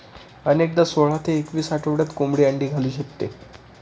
अनेकदा सोळा ते एकवीस आठवड्यात कोंबडी अंडी घालू शकते